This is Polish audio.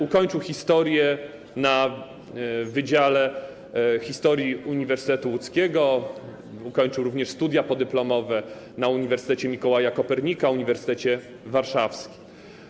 Ukończył historię na wydziale historii Uniwersytetu Łódzkiego, ukończył również studia podyplomowe na Uniwersytecie Mikołaja Kopernika, Uniwersytecie Warszawskim.